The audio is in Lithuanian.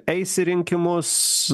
eis į rinkimus